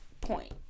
point